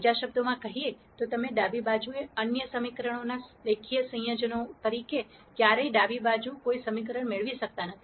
બીજા શબ્દોમાં કહીએ તો તમે ડાબી બાજુએ અન્ય સમીકરણોના રેખીય સંયોજનો તરીકે ક્યારેય ડાબી બાજુ કોઈ સમીકરણ મેળવી શકતા નથી